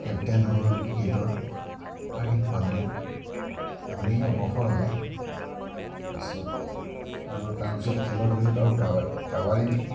captain হ'ল ক্ৰিকেটৰ হাৰ্দিক পাণ্ডিয়া ধোনিয়ে অৱসৰ ল'লে তাৰপিছত আৰু তাৰপিছত খেলৰ পিছত কাবাডীটো